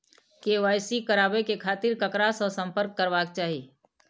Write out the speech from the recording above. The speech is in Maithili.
के.वाई.सी कराबे के खातिर ककरा से संपर्क करबाक चाही?